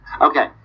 Okay